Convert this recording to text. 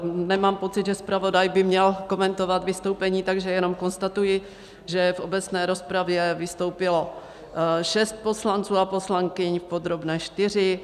Nemám pocit, že zpravodaj by měl komentovat vystoupení, takže jenom konstatuji, že v obecné rozpravě vystoupilo šest poslanců a poslankyň, v podrobné čtyři.